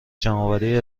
جمعآوری